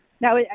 Now